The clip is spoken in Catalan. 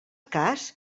cas